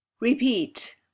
Repeat